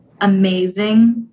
amazing